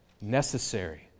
necessary